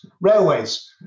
Railways